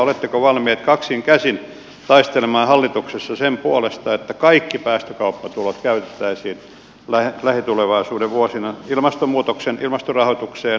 oletteko valmiit kaksin käsin taistelemaan hallituksessa sen puolesta että kaikki päästökauppatulot käytettäisiin lähitulevaisuuden vuosina ilmastonmuutoksen ilmastorahoitukseen ja kehitysyhteistyöhön